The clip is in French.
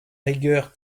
rigueur